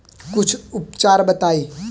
कुछ उपचार बताई?